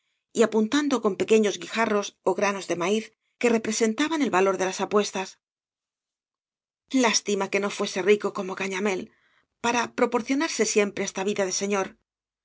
y apuntando con pequeños guijarros ó granos de maíz que representaban el valor de las apuestas lástima que no fuese rico como cañamél para proporcionarse siempre esta vida de señor